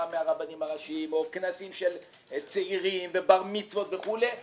מהרבנים הראשיים או כנסים של צעירים ובר-מצוות וכו',